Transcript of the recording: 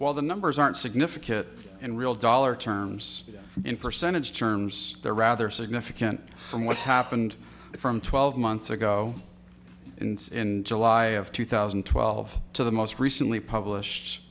while the numbers aren't significate and real dollar terms in percentage terms they're rather significant from what's happened from twelve months ago in july of two thousand and twelve to the most recently published